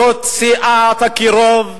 זאת סיעת אקירוב,